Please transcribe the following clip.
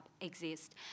exist